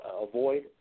avoid